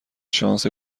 شانس